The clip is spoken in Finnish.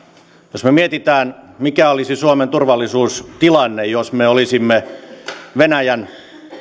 jos me mietimme mikä olisi suomen turvallisuustilanne jos me olisimme venäjän